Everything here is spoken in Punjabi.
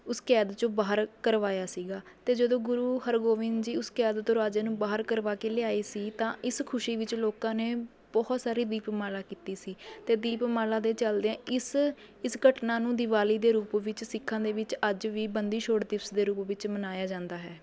ਉਸ ਕੈਦ ਚੋਂ ਬਾਹਰ ਕਰਵਾਇਆ ਸੀਗਾ ਅਤੇ ਜਦੋਂ ਗੁਰੂ ਹਰਗੋਬਿੰਦ ਜੀ ਉਸ ਕੈਦ ਤੋਂ ਰਾਜੇ ਨੂੰ ਬਾਹਰ ਕਰਵਾ ਕੇ ਲਿਆਏ ਸੀ ਤਾਂ ਇਸ ਖੁਸ਼ੀ ਵਿੱਚ ਲੋਕਾਂ ਨੇ ਬਹੁਤ ਸਾਰੀ ਦੀਪਮਾਲਾ ਕੀਤੀ ਸੀ ਅਤੇ ਦੀਪਮਾਲਾ ਦੇ ਚਲਦਿਆਂ ਇਸ ਇਸ ਘਟਨਾ ਨੂੰ ਦਿਵਾਲੀ ਦੇ ਰੂਪ ਵਿੱਚ ਸਿੱਖਾਂ ਦੇ ਵਿੱਚ ਅੱਜ ਵੀ ਬੰਦੀ ਛੋੜ ਦਿਵਸ ਦੇ ਰੂਪ ਵਿੱਚ ਮਨਾਇਆ ਜਾਂਦਾ ਹੈ